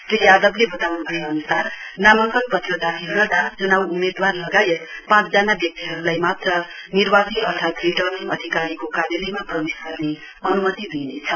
श्री यादवले बताउन् भए अनुसार नामाङ्कन पत्र दाखिल गर्दा चुनाव उम्मेदवार लगायत पाँच जना व्यक्तिहरुलाई मात्र निर्वाची अर्थात रिटर्निङ अधिकारीको कार्यलयमा प्रवेश गर्ने अनुमति दिइनेछ